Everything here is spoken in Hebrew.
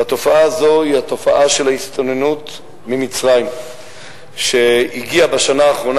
והתופעה הזאת היא התופעה של ההסתננות ממצרים שהגיעה בשנה האחרונה